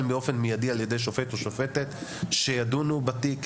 באופן מיידי על-ידי שופט או שופטת שידונו בתיק,